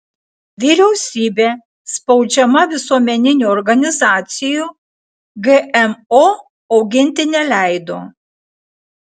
vyriausybė spaudžiama visuomeninių organizacijų gmo auginti neleido